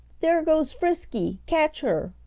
there goes frisky! catch her!